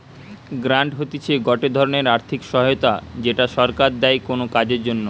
grant হতিছে গটে ধরণের আর্থিক সহায়তা যেটা সরকার দেয় কোনো কাজের জন্যে